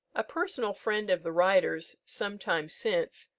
a personal friend of the writer's, some time since,